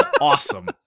awesome